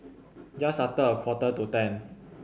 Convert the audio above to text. just after a quarter to ten